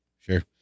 sure